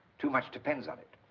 too much depends on it.